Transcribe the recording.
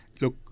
look